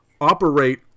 operate